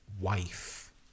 wife